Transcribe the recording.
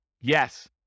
Yes